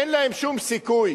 אין להם שום סיכוי,